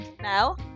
Now